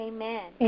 Amen